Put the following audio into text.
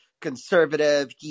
conservative